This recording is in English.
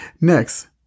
Next